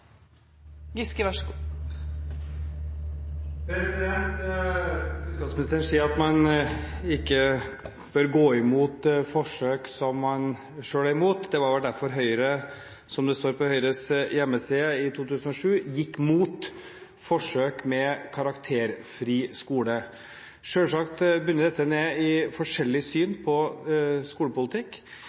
imot. Det var vel derfor Høyre, som det står på Høyres hjemmeside, i 2007 gikk mot forsøk med karakterfri skole. Selvsagt bunner dette i forskjellig syn på skolepolitikk.